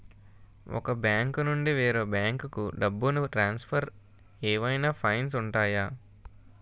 ఒక బ్యాంకు నుండి వేరే బ్యాంకుకు డబ్బును ట్రాన్సఫర్ ఏవైనా ఫైన్స్ ఉంటాయా?